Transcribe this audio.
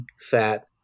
fat